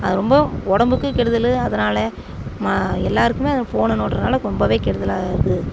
அது ரொம்ப உடம்புக்கு கெடுதல் அதனால மா எல்லோருக்குமே ஃபோனை நோண்டுறதுனால ரொம்பவே கெடுதலாக இருக்குது